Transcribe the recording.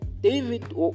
David